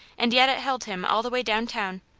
and yet it held him all the way down town,